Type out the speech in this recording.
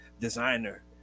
designer